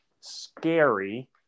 scary